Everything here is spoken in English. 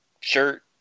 shirt